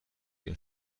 den